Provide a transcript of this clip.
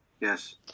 Yes